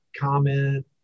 comment